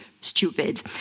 stupid